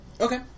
Okay